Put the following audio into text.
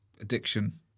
addiction